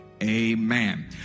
amen